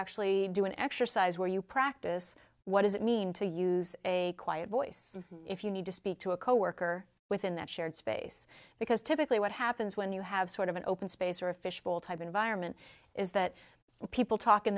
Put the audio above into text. actually do an exercise where you practice what does it mean to use a quiet voice if you need to speak to a coworker within that shared space because typically what happens when you have sort of an open space or a fishbowl type environment is that people talk in